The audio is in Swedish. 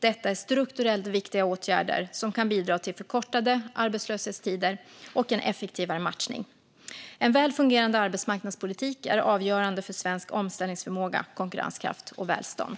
Detta är strukturellt viktiga åtgärder som kan bidra till förkortade arbetslöshetstider och en effektivare matchning. En väl fungerande arbetsmarknadspolitik är avgörande för svensk omställningsförmåga, konkurrenskraft och välstånd.